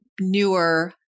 newer